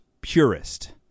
purist